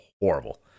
horrible